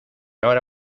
ahora